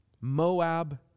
Moab